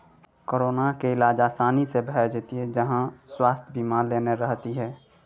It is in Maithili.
कोरोनाक इलाज आसानी सँ भए जेतियौ जँ स्वास्थय बीमा लेने रहतीह